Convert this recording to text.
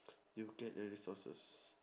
you get the resources